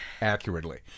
accurately